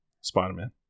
Spider-Man